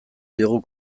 diogu